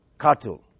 cattle